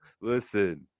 Listen